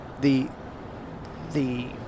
the—the